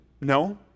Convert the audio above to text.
no